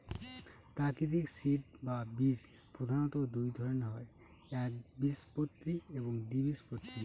প্রাকৃতিক সিড বা বীজ প্রধানত দুই ধরনের হয় একবীজপত্রী এবং দ্বিবীজপত্রী